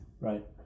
Right